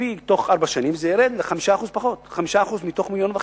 בתוך ארבע שנים זה ירד ב-5% 5% מ-1.5 מיליון,